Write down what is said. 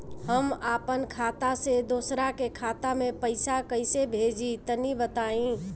हम आपन खाता से दोसरा के खाता मे पईसा कइसे भेजि तनि बताईं?